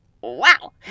wow